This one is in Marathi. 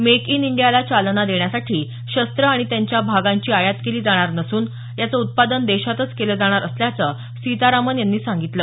मेक इन इंडियाला चालना देण्यासाठी शस्त्रं आणि त्यांच्या भागांची आयात केली जाणार नसून याचं उत्पादन देशातच केलं जाणार असल्याचं सीतारामन यांनी सांगितलं